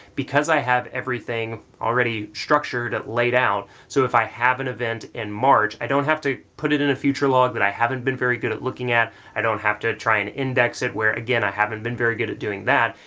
because i have everything already structured, laid out. so if i have an event in march, i don't have to put it in a future log that i haven't been very good at looking at, i don't have to try and index it where again, i haven't been very good at doing that.